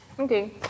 Okay